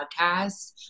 podcast